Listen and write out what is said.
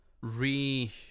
re